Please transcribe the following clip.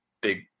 big